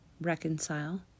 reconcile